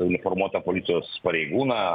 uniformuotą policijos pareigūną